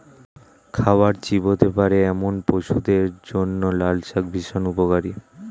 খাবার চিবোতে পারে এমন শিশুদের জন্য লালশাক ভীষণ উপকারী